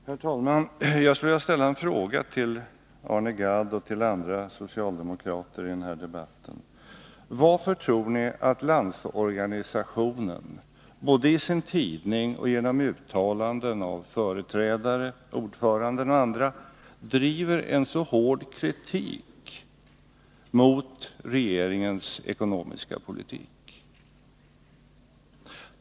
Herr talman! Jag skulle vilja ställa en fråga till Arne Gadd och andra socialdemokrater i denna debatt. Varför tror ni att Landsorganisationen både i sin tidning och genom uttalanden av företrädare, ordföranden och andra, driver en så hård kritik mot regeringens ekonomiska politik?